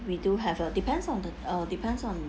we do have uh depends on the uh depends on